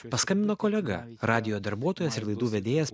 paskambino kolega radijo darbuotojas ir laidų vedėjas